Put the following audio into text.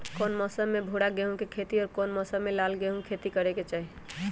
कौन मौसम में भूरा गेहूं के खेती और कौन मौसम मे लाल गेंहू के खेती करे के चाहि?